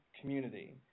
community